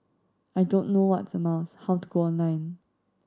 I don't know what's a mouse how to go online